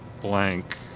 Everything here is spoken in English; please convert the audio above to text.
blank